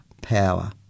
power